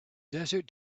desert